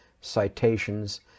citations